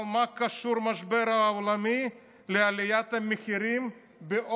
אבל מה קשור המשבר העולמי לעליית המחירים של העוף?